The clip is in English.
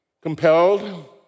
Compelled